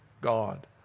God